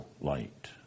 light